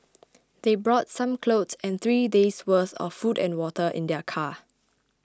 they brought some clothes and three days' worth of food and water in their car